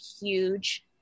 huge